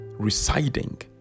residing